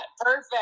Perfect